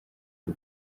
ibi